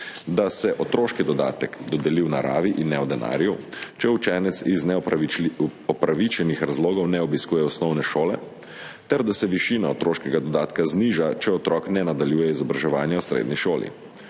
da se otroški dodatek dodeli v naravi in ne v denarju, če učenec iz neupravičenih razlogov ne obiskuje osnovne šole, ter da se višina otroškega dodatka zniža, če otrok ne nadaljuje izobraževanja v srednji šoli.